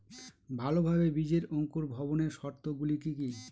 ভালোভাবে বীজের অঙ্কুর ভবনের শর্ত গুলি কি কি?